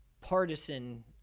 partisan